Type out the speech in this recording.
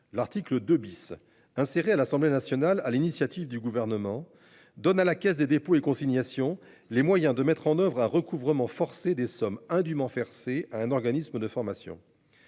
L'article 2 bis inséré à l'Assemblée nationale à l'initiative du gouvernement donne à la Caisse des dépôts et consignations, les moyens de mettre en oeuvre a recouvrement forcé des sommes indûment en verser à un organisme de formation.--